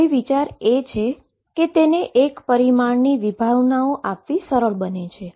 હવે વિચાર એ છે કે તમને 1 ડાઈમેન્શનની વિભાવનાઓ આપવી સરળ બને છે